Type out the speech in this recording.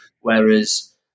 whereas